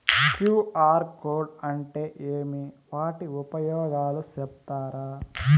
QR code అంటే ఏమి వాటి ఉపయోగాలు సెప్తారా?